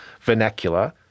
vernacular